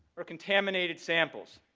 or contaminated samples.